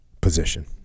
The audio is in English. position